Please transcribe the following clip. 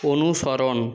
অনুসরণ